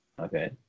okay